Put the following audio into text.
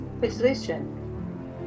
position